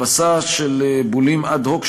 הדפסה של בולים אד-הוק,